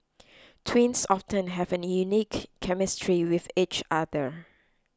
twins often have a unique chemistry with each other